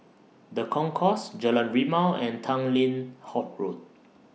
The Concourse Jalan Rimau and Tanglin Halt Road